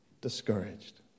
discouraged